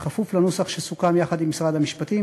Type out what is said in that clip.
בכפוף לנוסח שסוכם יחד עם משרד המשפטים,